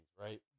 right